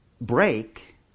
break